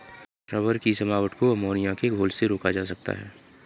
rubber की जमावट को अमोनिया के घोल से रोका जा सकता है